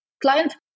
client